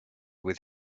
with